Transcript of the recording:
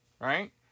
right